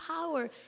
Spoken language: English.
power